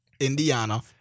Indiana